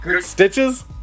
Stitches